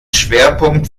schwerpunkt